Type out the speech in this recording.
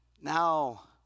now